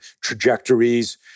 trajectories